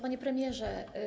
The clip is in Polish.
Panie Premierze!